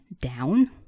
down